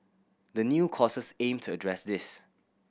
the new courses aim to address this